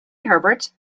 herbert